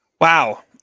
Wow